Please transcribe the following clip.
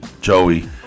Joey